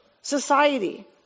society